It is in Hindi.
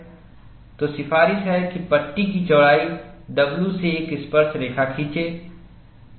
तो सिफारिश है कि पट्टी की चौड़ाई W से एक स्पर्शरेखा खींचें